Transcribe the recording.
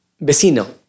vecino